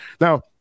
Now